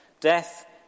Death